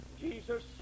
Jesus